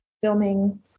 filming